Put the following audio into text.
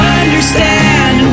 understand